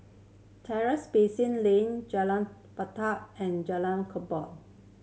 Basin Lane Jalan and Jalan Kubor